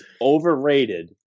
overrated